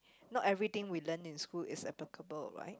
not everything we learn in school is applicable right